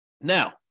Now